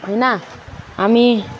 होइन हामी